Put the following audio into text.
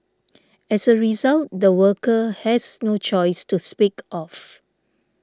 as a result the worker has no choice to speak of